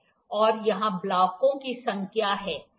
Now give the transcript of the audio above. और यह ब्लॉकों की संख्या है